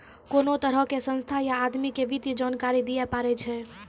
कोनो तरहो के संस्था या आदमी के वित्तीय जानकारी दियै पड़ै छै